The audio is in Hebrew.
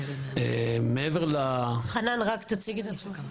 שמי חנן פרץ,